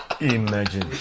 Imagine